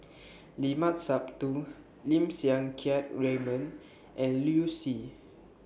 Limat Sabtu Lim Siang Keat Raymond and Liu Si